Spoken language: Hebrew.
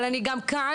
אבל, אני גם כאן,